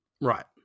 Right